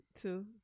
two